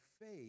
faith